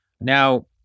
Now